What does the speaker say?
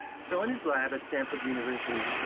so in his lab at stanford university,